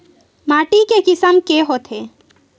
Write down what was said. माटी के किसम के होथे?